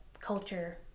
culture